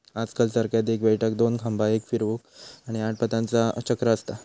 आजकल चरख्यात एक बैठक, दोन खांबा, एक फिरवूक, आणि आठ पातांचा चक्र असता